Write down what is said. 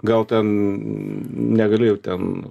gal ten negali jau ten